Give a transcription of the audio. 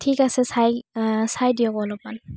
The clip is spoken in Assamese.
ঠিক আছে চাই চাই দিয়ক অলপমান